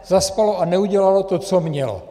Zaspalo a neudělalo to, co mělo.